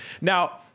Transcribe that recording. Now